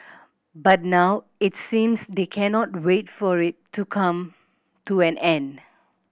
but now it seems they cannot wait for it to come to an end